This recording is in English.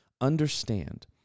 understand